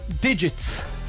digits